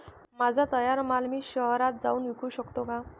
माझा तयार माल मी शहरात जाऊन विकू शकतो का?